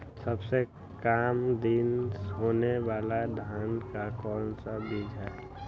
सबसे काम दिन होने वाला धान का कौन सा बीज हैँ?